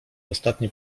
ostatni